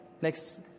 Next